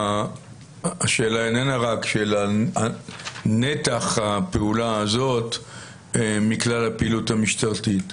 השאלה איננה רק שאלה על נתח הפעולה הזאת מכלל הפעילות המשטרתית,